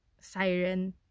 siren